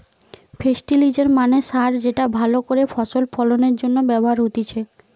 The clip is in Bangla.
ফেস্টিলিজের মানে সার যেটা ভালো করে ফসল ফলনের জন্য ব্যবহার হতিছে